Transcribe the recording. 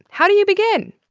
how do you begin?